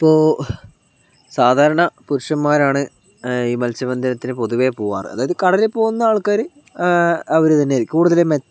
ഇപ്പോൾ സാധാരണ പുരുഷന്മാരാണ് ഈ മത്സ്യ ബന്ധനത്തിന് പൊതുവെ പോവാറ് അതായത് കടലിൽ പോകുന്ന ആൾക്കാര് അവര് തന്നെ ആയിരിക്കും കൂടുതല്